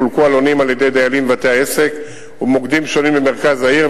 חולקו עלונים על-ידי דיילים בבתי-העסק ובמוקדים שונים במרכז העיר,